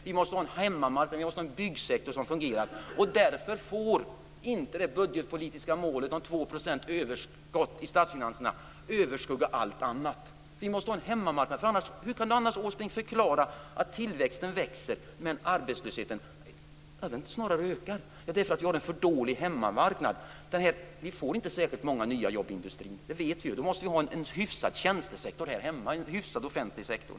Vi måste också ha en hemmamarknad och en byggsektor som fungerar. Därför får inte det budgetpolitiska målet 2 % överskott i statsfinanserna överskugga allt annat. Vi måste ha en hemmamarknad. Hur förklarar Åsbrink att vi har en ökande tillväxt medan arbetslösheten snarare tilltar? Det beror på att vi har en för dålig hemmamarknad. Vi vet att vi inte får särskilt många nya jobb i industrin. Vi måste därför ha en hyfsad tjänstesektor och offentlig sektor.